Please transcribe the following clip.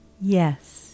Yes